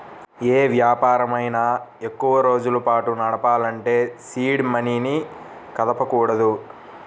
యే వ్యాపారమైనా ఎక్కువరోజుల పాటు నడపాలంటే సీడ్ మనీని కదపకూడదు